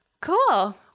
Cool